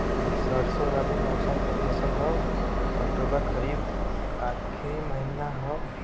सरसो रबी मौसम क फसल हव अक्टूबर खरीफ क आखिर महीना हव